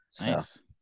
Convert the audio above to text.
nice